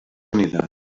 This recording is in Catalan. unides